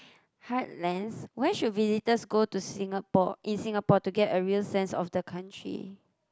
heartlands where should visitors go to Singapore in Singapore to get a real sense of the country